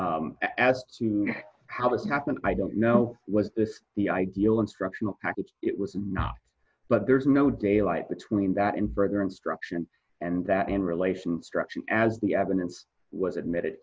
as to how it happened i don't know what is the ideal instructional packets it was not but there's no daylight between that and burger instruction and that in relation to structure as the evidence was admitted